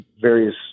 various